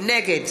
נגד